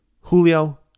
Julio